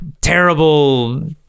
terrible